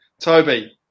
Toby